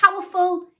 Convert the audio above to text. powerful